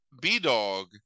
B-Dog